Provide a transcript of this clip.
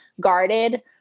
guarded